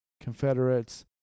Confederates